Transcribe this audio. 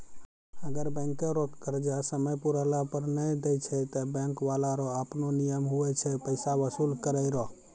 अगर बैंको रो कर्जा समय पुराला पर नै देय छै ते बैंक बाला रो आपनो नियम हुवै छै पैसा बसूल करै रो